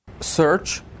Search